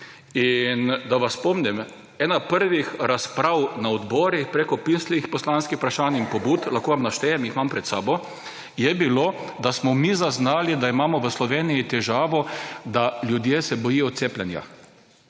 Da vas spomnim. Ena prvih razprav na odborih preko pisnih poslanskih vprašanj in pobud, lahko vam naštejem, jih imam pred sabo, je bilo, da smo mi zaznali, da imamo v Sloveniji težavo, da se ljudje bojijo cepljenja,